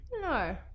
No